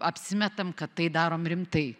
apsimetam kad tai darom rimtai